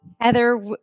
Heather